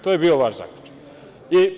To je bio vaš zaključak.